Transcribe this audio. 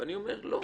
ואני אומר לא.